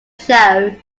show